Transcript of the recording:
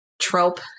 trope